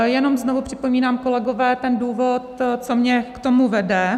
Jenom znovu připomínám, kolegové, ten důvod, co mě k tomu vede.